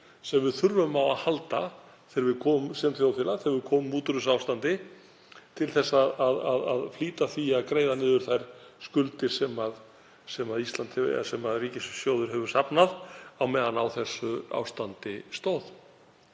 sem við þurfum á að halda sem þjóðfélag þegar við komum út úr þessu ástandi til að flýta því að greiða niður þær skuldir sem ríkissjóður hefur safnað meðan á þessu ástandi stóð.